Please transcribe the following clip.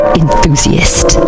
enthusiast